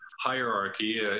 hierarchy